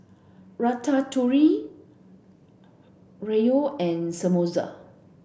Ratatouille Gyros and Samosa